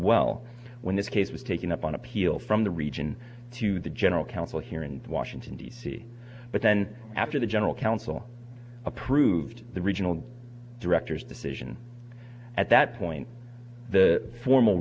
well when this case was taken up on appeal from the region to the general counsel here in washington d c but then after the general counsel approved the regional directors decision at that point the formal